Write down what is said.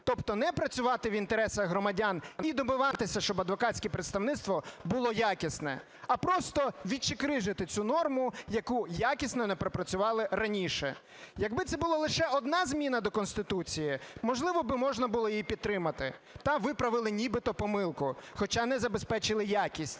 тобто не працювати в інтересах громадян і добиватися, щоб адвокатське представництво було якісне, а просто відчикрижити цю норму, яку якісно не пропрацювали раніше. Якби це була лише одна зміна до Конституції, можливо би можна було її підтримати, так, виправили нібито помилку, хоча не забезпечили якість.